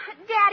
Daddy